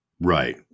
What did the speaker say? Right